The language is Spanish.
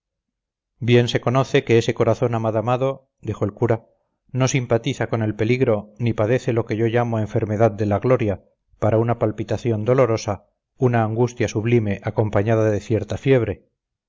bien se conoce que ese corazón amadamado dijo el cura no simpatiza con el peligro ni padece lo que yo llamo enfermedad de la gloria una palpitación dolorosa una angustia sublime acompañada de cierta fiebre